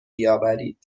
بیاورید